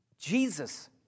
Jesus